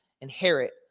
inherit